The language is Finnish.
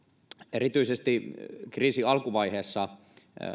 erityisesti kriisin alkuvaiheessa